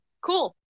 cool